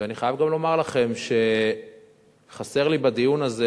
ואני חייב גם לומר לכם שחסר לי בדיון הזה,